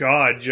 God